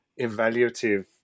evaluative